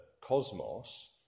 cosmos